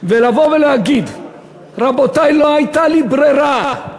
ולבוא ולהגיד "רבותי, לא הייתה לי ברירה"?